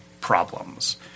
problems